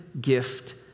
gift